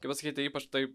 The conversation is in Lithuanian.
kaip pasakyti ypač tai